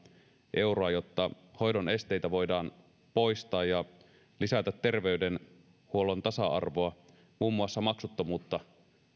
euroa jotta hoidon esteitä voidaan poistaa ja lisätä terveydenhuollon tasa arvoa muun muassa maksuttomuutta